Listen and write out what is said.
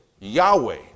Yahweh